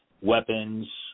weapons